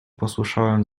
posłyszałem